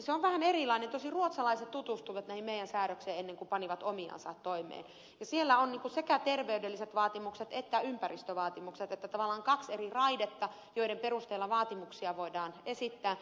tosin ruotsalaiset tutustuivat näihin meidän säädöksiimme ennen kuin panivat omiansa toimeen ja siellä on sekä terveydelliset vaatimukset että ympäristövaatimukset tavallaan kaksi eri raidetta joiden perusteella vaatimuksia voidaan esittää